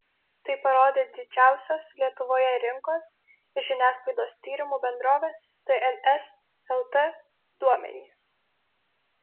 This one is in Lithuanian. tai parodė didžiausios lietuvoje rinkos ir žiniasklaidos tyrimų bendrovės tns lt duomenys